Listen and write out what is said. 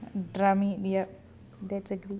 drumming leyup that's a good